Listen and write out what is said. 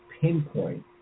pinpoint